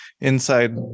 inside